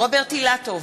רוברט אילטוב,